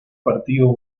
partido